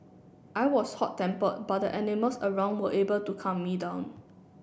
I was hot tempered but the animals around were able to calm me down